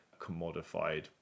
commodified